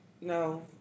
No